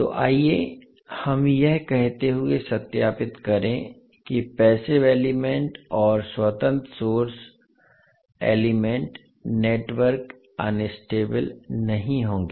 तो आइए हम यह कहते हुए सत्यापित करें कि पैसिव एलिमेंट और स्वतंत्र सोर्स एलिमेंट नेटवर्क अनस्टेबल नहीं होंगे